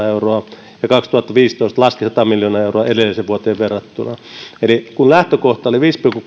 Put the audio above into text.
euroa ja kaksituhattaviisitoista laskivat sata miljoonaa euroa edelliseen vuoteen verrattuna lähtökohta oli viisi pilkku